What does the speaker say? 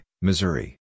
Missouri